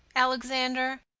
alexander,